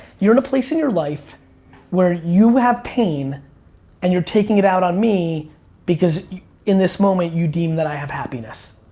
you're in a place in your life where you have pain and you're taking it out on me because in this moment you deem that i have happiness.